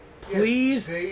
Please